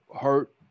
hurt